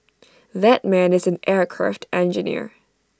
that man is an aircraft engineer